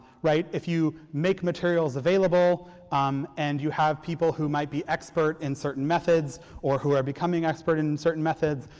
right, if you make materials available um and you have people who might be expert in certain methods or who are becoming expert in certain methods,